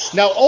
now